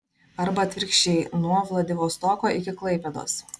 arba atvirkščiai nuo vladivostoko iki klaipėdos